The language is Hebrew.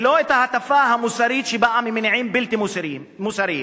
ולא את ההטפה המוסרית שבאה ממניעים בלתי מוסריים.